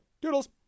doodles